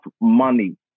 money